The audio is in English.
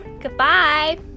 Goodbye